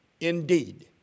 indeed